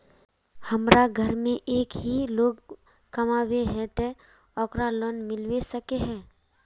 हमरा घर में एक ही लोग कमाबै है ते ओकरा लोन मिलबे सके है?